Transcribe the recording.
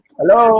Hello